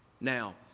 Now